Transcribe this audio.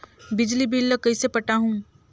बिजली बिल ल कइसे पटाहूं?